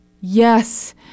Yes